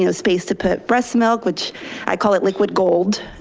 you know space to put breast milk, which i call it liquid gold.